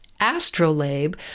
astrolabe